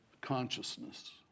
consciousness